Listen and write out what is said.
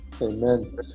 amen